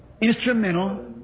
instrumental